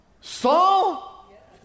Saul